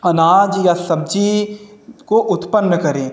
अनाज या सब्जी को उत्पन्न करें